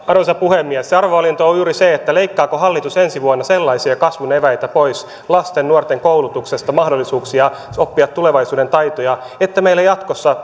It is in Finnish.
arvoisa puhemies arvovalinta on juuri se leikkaako hallitus ensi vuonna sellaisia kasvun eväitä pois lasten ja nuorten koulutuksesta mahdollisuuksia oppia tulevaisuuden taitoja että meillä jatkossa